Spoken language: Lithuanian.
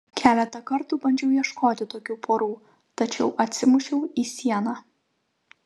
keletą kartų bandžiau ieškoti tokių porų tačiau atsimušiau į sieną